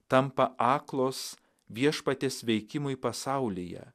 tampa aklos viešpaties veikimui pasaulyje